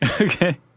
Okay